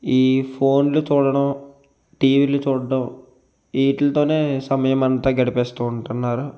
ఈ ఫోన్లు చూడడం టీవీలు చూడడం వీటీతోనే సమయం అంతా గడిపేస్తు ఉంటున్నారు